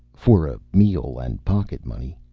for a meal and pocket money.